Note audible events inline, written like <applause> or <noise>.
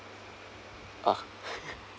uh <laughs>